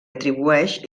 atribueix